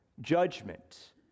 judgment